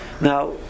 Now